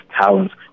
talents